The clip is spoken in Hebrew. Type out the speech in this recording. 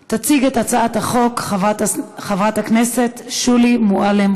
הצעת חוק שירות ביטחון (תיקון,